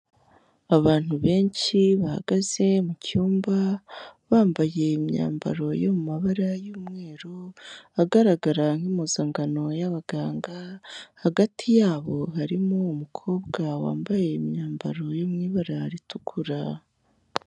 Abantu benshi bahagaze mu cyumba bambaye imyambaro yo mu mabara y'umweru, agaragara nk'impuzangano y'abaganga, hagati yabo harimo umukobwa wambaye imyambaro yo mu ibara ritukura.